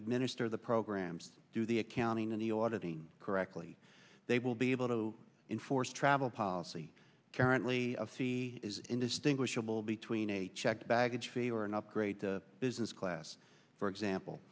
administer the programs do the accounting and the audit thing correctly they will be able to enforce travel policy currently a fee is indistinguishable between a checked baggage fee or an upgrade to business class for example